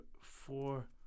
four